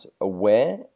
aware